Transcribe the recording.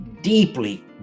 Deeply